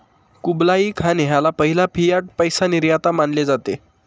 Kublai Khan ह्याला पहिला fiat पैसा निर्माता मानले जाते